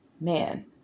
Man